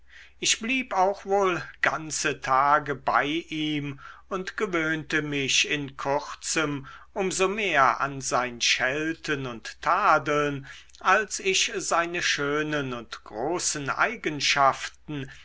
ich blieb auch wohl ganze tage bei ihm und gewöhnte mich in kurzem um so mehr an sein schelten und tadeln als ich seine schönen und großen eigenschaften